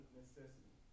necessity